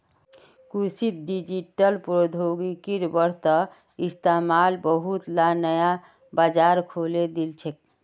कृषित डिजिटल प्रौद्योगिकिर बढ़ त इस्तमाल बहुतला नया बाजार खोले दिल छेक